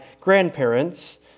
grandparents